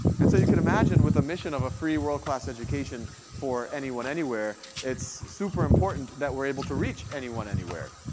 and so, you can imagine with a mission of a free world-class education for anyone, anywhere, it's super important that we're able to reach anyone, anywhere.